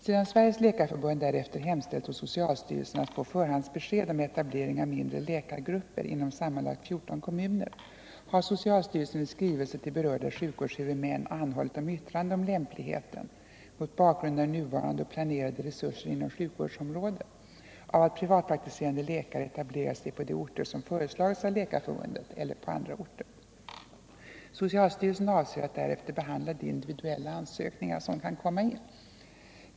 Sedan Sveriges läkarförbund därefter hemställt hos socialstyrelsen att få förhandsbesked om etablering av mindre läkargrupper inom sammanlagt 14 kommuner har socialstyrelsen i skrivelse till berörda sjukvårdshuvudmän anhållit om yttrande om lämpligheten - mot bakgrund av nuvarande och planerade resurser inom sjukvårdsområdet — av att privatpraktiserande läkare etablerar sig på de orter som föreslagits av Läkarförbundet eller på andra orter. Socialstyrelsen avser att därefter behandla de individuella ansökningar som kan komma in.